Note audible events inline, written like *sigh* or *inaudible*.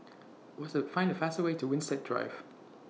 *unintelligible* Find The fastest Way to Winstedt Drive